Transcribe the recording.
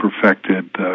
perfected